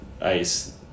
ice